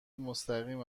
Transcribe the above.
مستقیم